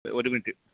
ഒരു മിനിറ്റ്